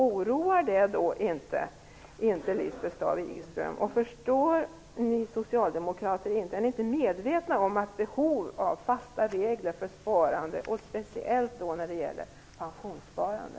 Oroar inte detta Lisbeth Staaf-Igelström? Är inte ni socialdemokrater medvetna om behovet av fasta spelregler för sparande, speciellt när det gäller pensionssparande?